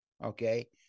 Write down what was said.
Okay